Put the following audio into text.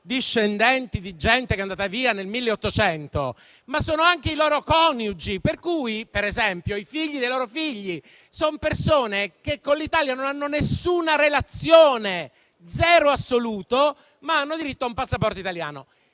discendenti di gente che è andata via nell'Ottocento, ma sono anche i loro coniugi, per cui per esempio i figli dei loro figli sono persone che con l'Italia non hanno alcuna relazione, zero assoluto, ma hanno diritto a un passaporto italiano.